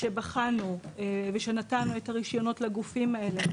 כשבחנו וכשנתנו את הרישיונות לגופים האלה,